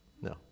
No